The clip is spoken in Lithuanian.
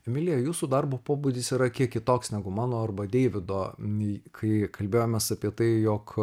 emilija jūsų darbo pobūdis yra kiek kitoks negu mano arba deivido nei kai kalbėjomės apie tai jog